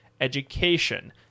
education